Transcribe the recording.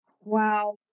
Wow